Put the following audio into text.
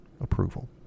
approval